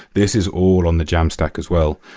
this is all on the jamstack as well,